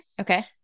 Okay